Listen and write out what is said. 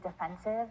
defensive